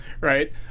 right